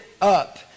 up